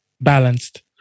balanced